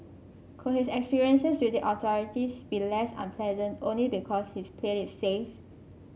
could his experiences with the authorities be less unpleasant only because he's played it safe